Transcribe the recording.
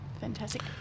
Fantastic